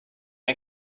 ein